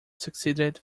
succeeded